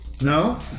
No